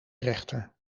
rechter